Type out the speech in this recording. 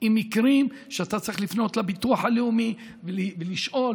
במקרים שאתה צריך לפנות לביטוח הלאומי ולשאול: